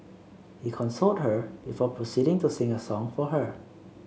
he consoled her before proceeding to sing a song for her